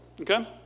okay